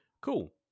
Cool